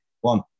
One